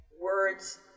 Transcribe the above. Words